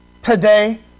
Today